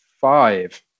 five